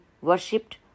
worshipped